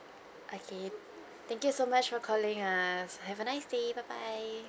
okay thank you so much for calling us have a nice day bye bye